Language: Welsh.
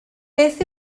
beth